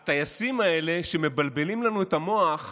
הטייסים האלה, שמבלבלים לנו את המוח,